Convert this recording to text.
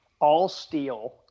all-steel